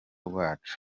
rwacu